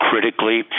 critically